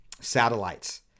satellites